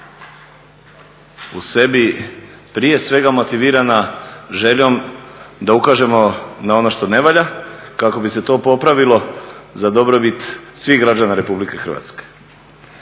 u sebi prije svega motivirana željom da ukažemo na ono što ne valja kako bi se to popravilo za dobrobit svih građana Republike Hrvatske.